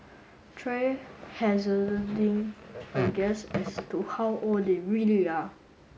try hazarding a guess as to how old they really are